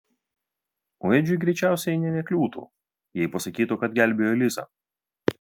o edžiui greičiausiai nė nekliūtų jei pasakytų kad gelbėjo lisą